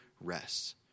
rests